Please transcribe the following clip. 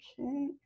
Okay